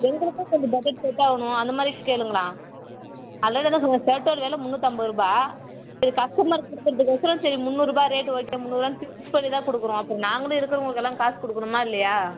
எங்களுக்கும் கொஞ்சம் பட்ஜெட் செட்டாகணும் அந்த மாதிரி கேளுங்களேன் எல்லா தடவை சொன்னேன் ஷர்ட்டோடய வெலை முந்நூற்றம்பதுரூபா சரி கஸ்டமருக்கு கொடுக்குறதுக்கொசரம் சரி முந்நூறுரூபாய் ரேட்டு ஓகே முந்நூறுரூபாய்ன்னு ஃபிக்ஸ் பண்ணி தான் கொடுக்குறோம் அப்போ நாங்களும் இருக்கிறவங்களுக்கெலாம் காசு கொடுக்கணுமா இல்லையா